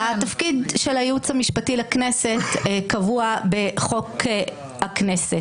התפקיד של הייעוץ המשפטי לכנסת קבוע בחוק הכנסת.